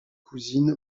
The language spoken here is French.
cousine